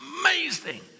amazing